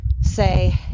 say